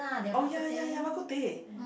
oh ya ya ya Bak-kut-teh